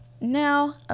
Now